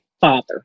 father